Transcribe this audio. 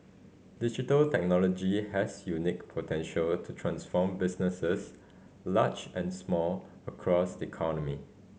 digital technology has unique potential to transform businesses large and small across the economy